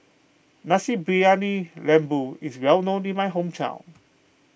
Nasi Briyani Lembu is well known in my hometown